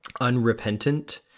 unrepentant